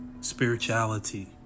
spirituality